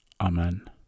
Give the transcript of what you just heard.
amen